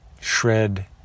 shred